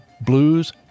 blues